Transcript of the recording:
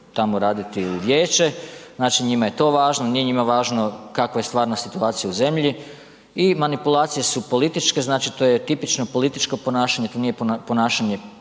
tamo raditi u vijeće, znači njima je to važno, nije njima važno kakva je stvarna situacija u zemlji i manipulacije su političke, znači to je tipično političko ponašanje, to nije ponašanje